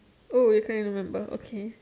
oh you can't remember okay